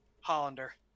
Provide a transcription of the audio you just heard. Hollander